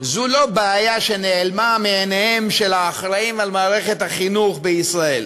זו לא בעיה שנעלמה מעיניהם של האחראים למערכת החינוך בישראל,